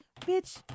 bitch